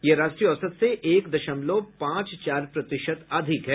यह राष्ट्रीय औसत से एक दशमलव पांच चार प्रतिशत अधिक है